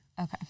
Okay